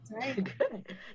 Good